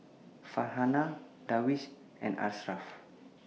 Farhanah Darwish and Ashraf